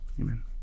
Amen